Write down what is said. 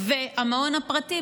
והמעון הפרטי,